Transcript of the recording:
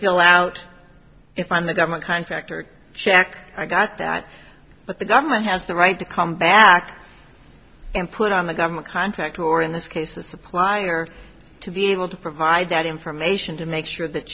fill out if i'm the government contractor check i got that but the government has the right to come back and put on the government contract or in this case the supplier to be able to provide that information to make sure that